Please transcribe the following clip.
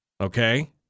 Okay